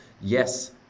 Yes